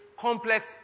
complex